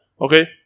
Okay